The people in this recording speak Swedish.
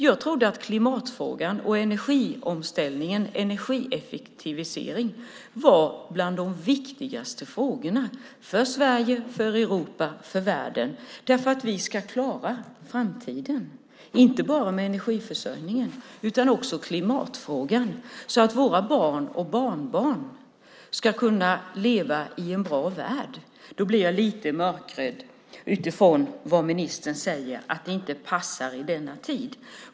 Jag trodde att klimatfrågan och energiomställningen, energieffektiviseringen, var bland de viktigaste frågorna för Sverige, för Europa och för världen. Vi ska klara framtiden, inte bara energiförsörjningen utan också klimatfrågan, så att våra barn och barnbarn ska kunna leva i en bra värld. Då blir jag lite mörkrädd utifrån det ministern säger, att riktlinjerna inte passar i denna tid.